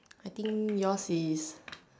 I think yours is